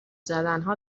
زدنها